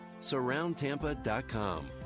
surroundtampa.com